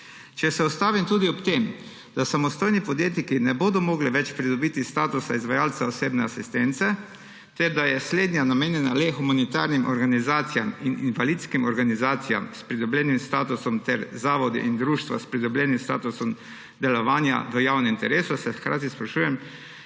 Če se ustavim tudi ob tem, da samostojni podjetniki ne bodo mogli več pridobiti statusa izvajalca osebne asistence ter da je slednja namenjena le humanitarnim organizacijam in invalidskim organizacijam s pridobljenim statusom ter zavodom in društvom s pridobljenim statusom delovanja v javnem interesu, se hkrati sprašujem,